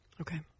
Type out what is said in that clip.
Okay